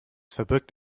verbirgt